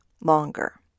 longer